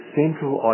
central